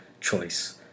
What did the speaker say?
choice